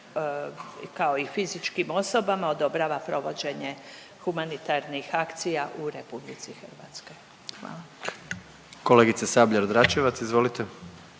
kao i fizičkim osobama odobrava provođenje humanitarnih akcija u RH. Hvala. **Jandroković, Gordan (HDZ)** Kolegice Sabljar-Dračevac, izvolite.